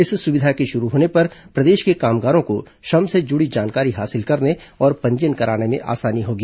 इस सुविधा के शुरू होने पर प्रदेश के कामगारों को श्रम से जुड़ी जानकारी हासिल करने और पंजीयन कराने में आसानी होगी